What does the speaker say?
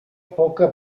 poca